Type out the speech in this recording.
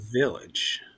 Village